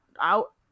out